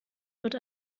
wird